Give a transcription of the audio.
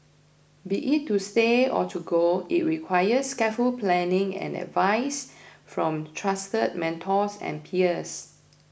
be it to stay or to go it requires careful planning and advice from trusted mentors and peers